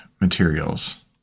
materials